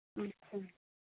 ᱟᱪᱪᱷᱟ